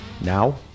Now